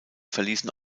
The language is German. verließen